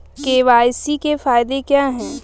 KYC के फायदे क्या है?